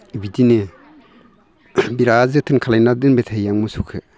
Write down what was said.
बिदिनो बिराद जोथोन खालामना दोनबाय थायो आं मोसौखो